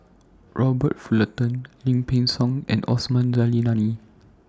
Robert Fullerton Lim Peng Siang and Osman Zailani